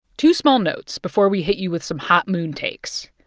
two small notes before we hit you with some hot moon takes.